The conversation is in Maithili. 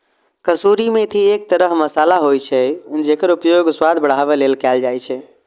कसूरी मेथी एक तरह मसाला होइ छै, जेकर उपयोग स्वाद बढ़ाबै लेल कैल जाइ छै